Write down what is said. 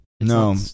No